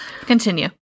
continue